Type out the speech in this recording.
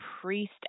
priest